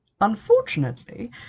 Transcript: Unfortunately